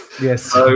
Yes